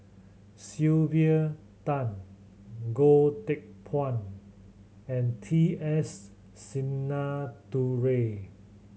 Sylvia Tan Goh Teck Phuan and T S Sinnathuray